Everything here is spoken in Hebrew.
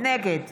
נגד